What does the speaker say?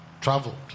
traveled